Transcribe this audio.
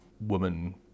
woman